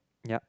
yup